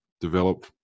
develop